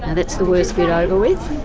that's the worst bit over with.